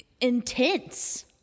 intense